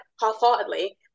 half-heartedly